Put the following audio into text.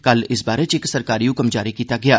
कल इस बारै च इक सरकारी हुक्म जारी कीता गेआ